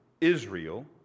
Israel